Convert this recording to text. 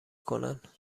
کنن